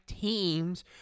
teams